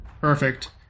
Perfect